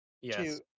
Yes